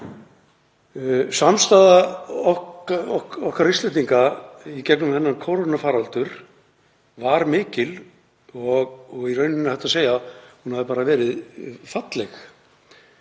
Samstaða okkar Íslendinga í gegnum þennan kórónufaraldur var mikil og í raun er hægt að segja að hún hafi verið falleg.